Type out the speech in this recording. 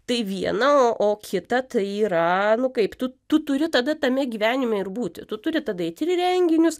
tai viena o kita tai yra nu kaip tu tu turi tada tame gyvenime ir būti tu turi tada eit ir į renginius